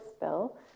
bill